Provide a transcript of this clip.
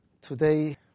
today